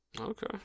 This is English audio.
Okay